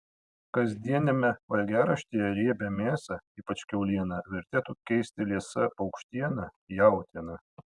kasdieniame valgiaraštyje riebią mėsą ypač kiaulieną vertėtų keisti liesa paukštiena jautiena